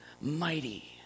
mighty